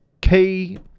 key